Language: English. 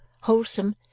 wholesome